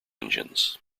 engines